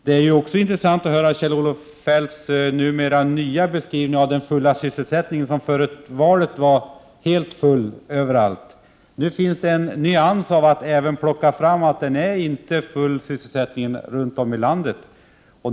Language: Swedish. Det är intressant att höra Kjell-Olof Feldts nya beskrivning av den fulla sysselsättningen. Före valet var det full sysselsättning överallt. Nu finns det en nyans — att det inte är full sysselsättning runtom i landet.